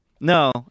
No